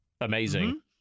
amazing